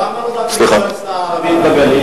למה לא להקים אוניברסיטה ערבית בגליל?